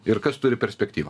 ir kas turi perspektyvą